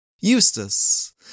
Eustace